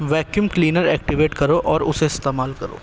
vacuum cleaner activate کرو اور اسے استعمال کرو